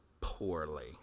poorly